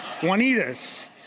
Juanita's